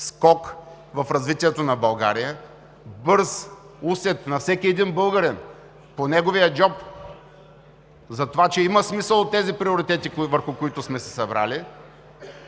скок в развитието на България, бърз усет от всеки един българин по неговия джоб, че има смисъл от тези приоритети, за които сме се събрали,